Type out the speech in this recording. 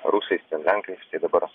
rusais ten lenkais tai dabar